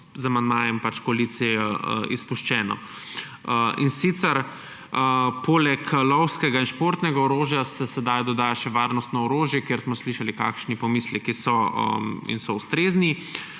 z amandmajem koalicije izpuščeno, in sicer poleg lovskega in športnega orožja se sedaj doda še varnostno orožje, ker smo slišali kakšni pomisleki so, in so ustrezni,